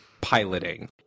piloting